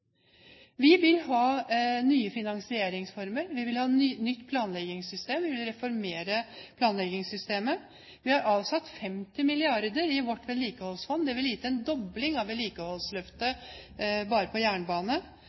Vi vil ha nye finansieringsformer, vi vil ha nytt planleggingssystem, vi vil reformere planleggingssystemet. Vi har avsatt 50 mrd. kr i vårt vedlikeholdsfond. Det ville gitt en dobling av vedlikeholdsløftet, bare på jernbane. Og vi har foreslått nye organisasjonsmodeller for både NSB og jernbane,